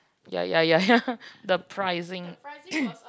ya ya ya ya the pricing